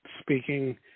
speaking